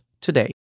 today